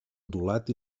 ondulat